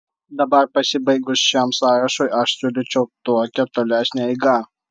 dabar pasibaigus šiam sąrašui aš siūlyčiau tokią tolesnę eigą